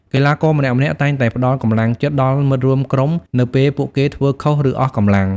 កីឡាករម្នាក់ៗតែងតែផ្តល់កម្លាំងចិត្តដល់មិត្តរួមក្រុមនៅពេលពួកគេធ្វើខុស ឬអស់កម្លាំង។